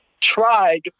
tried—